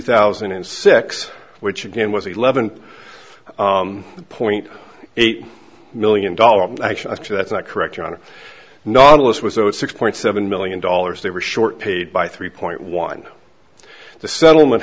thousand and six which again was eleven point eight million dollars actually that's not correct john nautilus was owed six point seven million dollars they were short paid by three point one the settlement